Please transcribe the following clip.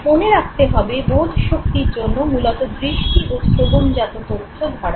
মনে রাখতে হবে বোধশক্তির জন্য মূলত দৃষ্টি ও শ্রবণজাত তথ্য ধরা হয়